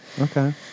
Okay